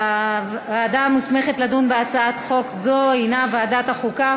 הוועדה המוסמכת לדון בהצעת חוק זו היא ועדת החוקה,